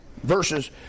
verses